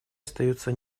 остается